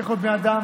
צריך להיות בן אדם,